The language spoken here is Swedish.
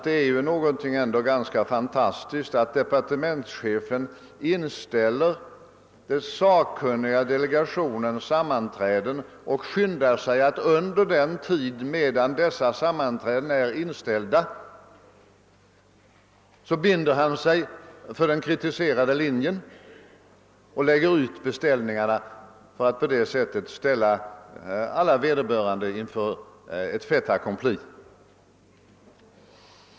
Det är ändå ett ganska fantastiskt förfaringssätt att departementschefen under en tid låter inställa den sakkunniga delegationens sammanträden och därunder skyndar sig att ta definitiv ställning för den kritiserade linjen och lägger ut beställningarna i enlighet med denna för att på så sätt ställa alla berörda inför ett fait accompli. 4.